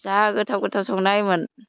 जा गोथाव गोथाव संना होयोमोन